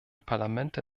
parlamente